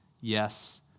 Yes